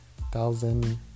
thousand